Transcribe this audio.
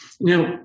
Now